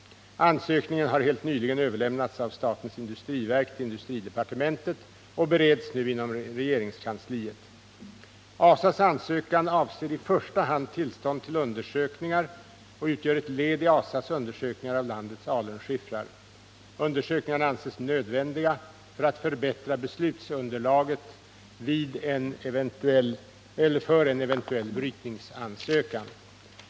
Ansökningen har helt nyligen överlämnats av statens industriverk till industridepartementet och bereds nu inom regeringskansliet. ASA:s ansökan avser i första hand tillstånd till undersökningar och utgör ett led i ASA:s undersökningar av landets alunskiffrar. Undersökningarna anses nödvändiga för att förbättra beslutsunderlaget för en eventuell brytningsansökan.